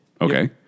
Okay